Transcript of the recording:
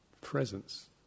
presence